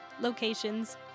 locations